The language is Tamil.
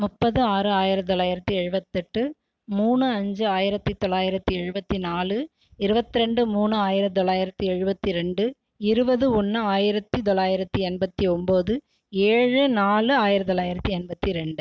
முப்பது ஆறு ஆயிரத்து தொள்ளாயிரத்து எழுபத்தெட்டு மூணு அஞ்சு ஆயிரத்து தொள்ளாயிரத்து எழுபத்தி நாலு இருவத்ரெண்டு மூணு ஆயிரத்து தொள்ளாயிரத்து எழுபத்தி ரெண்டு இருபது ஒன்று ஆயிரத்து தொள்ளாயிரத்து எண்பத்து ஒம்பது ஏழு நாலு ஆயிரத்து தொள்ளாயிரத்து எண்பத்து ரெண்டு